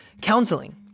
counseling